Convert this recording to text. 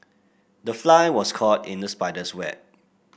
the fly was caught in the spider's web